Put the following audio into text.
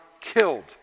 killed